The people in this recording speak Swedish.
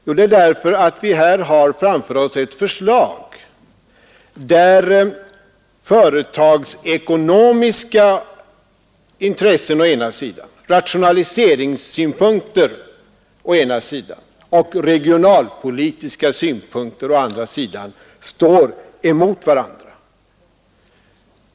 Jo, det är därför att vi här har framför oss ett förslag där företagsekonomiska intressen och rationaliseringssynpunkter å ena sidan och regionalpolitiska synpunkter å andra sidan står emot varandra.